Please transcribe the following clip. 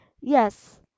Yes